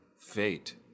fate